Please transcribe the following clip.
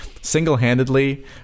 single-handedly